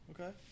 Okay